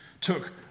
took